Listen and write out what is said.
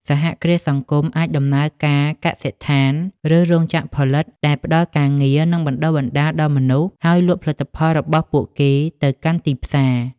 សហគ្រាសសង្គមអាចដំណើរការកសិដ្ឋាន ឬរោងចក្រផលិត ដែលផ្តល់ការងារ និងបណ្តុះបណ្តាលដល់មនុស្ស ហើយលក់ផលិតផលរបស់ពួកគេទៅកាន់ទីផ្សារ។